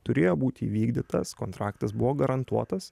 turėjo būti įvykdytas kontraktas buvo garantuotas